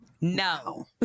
No